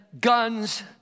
guns